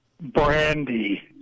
Brandy